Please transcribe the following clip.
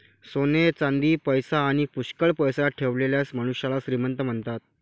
सोने चांदी, पैसा आणी पुष्कळ पैसा ठेवलेल्या मनुष्याला श्रीमंत म्हणतात